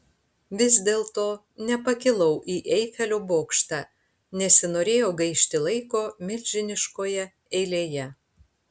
vis dėlto nepakilau į eifelio bokštą nesinorėjo gaišti laiko milžiniškoje eilėje